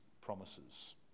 promises